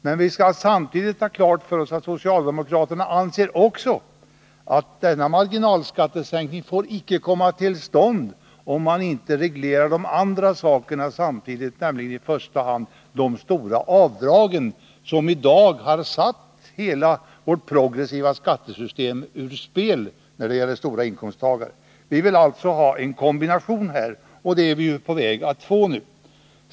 Men vi skall ha klart för oss att socialdemokraterna också anser att denna marginalskattesänkning icke får komma till stånd om man inte reglerar de andra sakerna samtidigt, i första hand de stora avdragen, som satt hela vårt progressiva skattesystem ur spel när det gäller stora inkomsttagare. Vi vill alltså ha en kombination, och det är vi på väg att få nu.